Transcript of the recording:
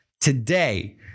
today